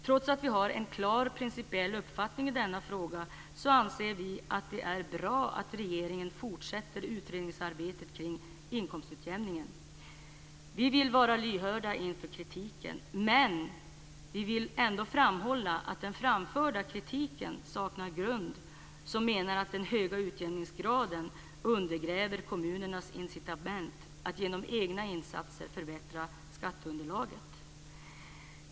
Trots att vi har en klar principiell uppfattning i denna fråga anser vi att det är bra att regeringen fortsätter utredningsarbetet kring inkomstutjämningen. Vi vill vara lyhörda för kritiken, men vi vill ändå framhålla att den framförda kritiken mot att den höga utjämningsgraden undergräver kommunernas incitament att genom egna insatser förbättra skatteunderlaget saknar grund.